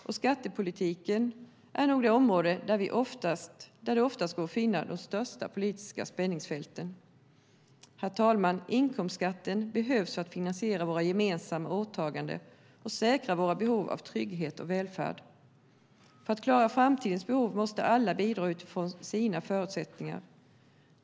Och skattepolitiken är nog det område där det går att finna det största politiska spänningsfälten. Herr talman! Inkomstskatten behövs för att finansiera våra gemensamma åtaganden och säkra vårt behov av trygghet och välfärd. För att klara framtidens behov måste alla bidra utifrån sina förutsättningar.